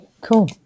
cool